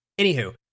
Anywho